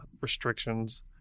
restrictions